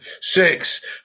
six